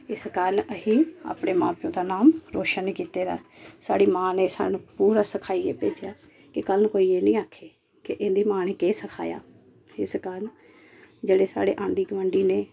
इस कारण अहीं अपने मां प्यो दा नाम रोशन कीते दा ऐ स्हाड़ी मां ने साह्नू पूरा सखाइयै भेजेआ के कल नूं कोई एह् नी आक्खे कि इंदी मां ने केह् सखाया इस कारण जेह्ड़े स्हाढ़े आंडी गोआंढी नै